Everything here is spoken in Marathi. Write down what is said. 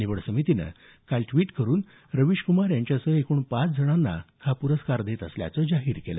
निवड समितीनं काल ड्वीट करून रवीशकुमार यांच्यासह एकूण पाच जणांना हा पुरस्कार देत असल्याचं जाहीर केलं